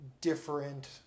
different